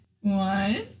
One